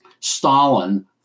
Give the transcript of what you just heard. Stalin